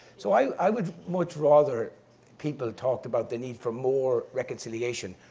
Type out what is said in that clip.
so i would much rather people talked about the need for more reconciliation,